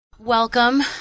Welcome